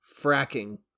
fracking